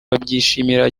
babyishimira